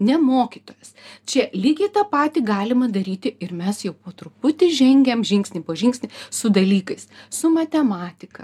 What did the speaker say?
ne mokytojas čia lygiai tą patį galima daryti ir mes jau po truputį žengiam žingsnį po žingsnį su dalykais su matematika